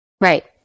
Right